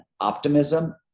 optimism